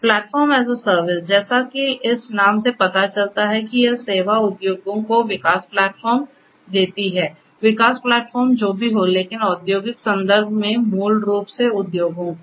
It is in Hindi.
प्लेटफार्म एस ए सर्विस जैसा कि इस नाम से पता चलता है कि यह सेवा उद्योगों को विकास प्लेटफ़ॉर्म देती है विकास प्लेटफ़ॉर्म जो भी हो लेकिन औद्योगिक संदर्भ में मूल रूप से उद्योगों को